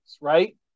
right